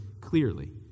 clearly